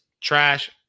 trash